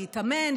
להתאמן,